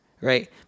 right